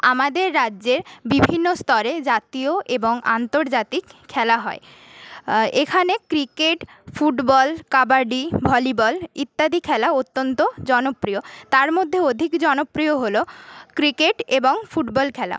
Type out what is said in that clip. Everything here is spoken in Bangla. আমাদের রাজ্যে বিভিন্ন স্তরে জাতীয় এবং আন্তর্জাতিক খেলা হয় এখানে ক্রিকেট ফুটবল কাবাডি ভলিবল ইত্যাদি খেলা অত্যন্ত জনপ্রিয় তার মধ্যে অধিক জনপ্রিয় হল ক্রিকেট এবং ফুটবল খেলা